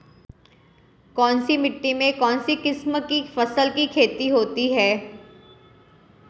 कौनसी मिट्टी में कौनसी किस्म की फसल की खेती होती है?